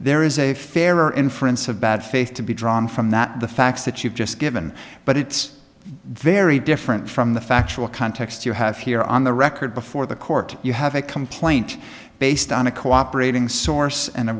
there is a fair inference of bad faith to be drawn from that the facts that you've just given but it's very different from the factual context you have here on the record before the court you have a complaint based on a cooperating source and a